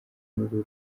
n’uruhu